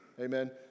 Amen